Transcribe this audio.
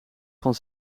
van